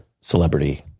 celebrity